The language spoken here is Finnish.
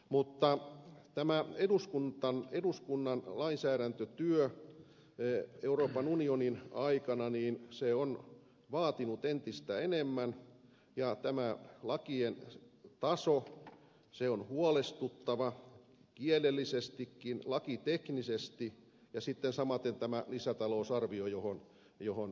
mutta tämä eduskunnan lainsäädäntötyö euroopan unionin aikana on vaatinut entistä enemmän ja tämä lakien taso on huolestuttava jo kielellisestikin ja lakiteknisesti ja sitten samaten on tämä lisätalousarvioasia johon puutuin